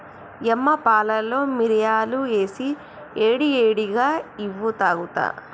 యమ్మ పాలలో మిరియాలు ఏసి ఏడి ఏడిగా ఇవ్వు తాగుత